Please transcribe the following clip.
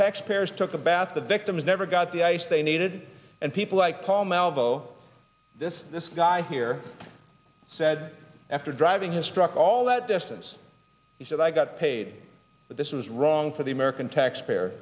taxpayers took a bath the victims never got the ice they needed and people like paul malveaux this this guy here said after driving his truck all that distance he said i got paid but this was wrong for the american taxpayer